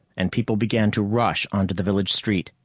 and people began to rush onto the village street.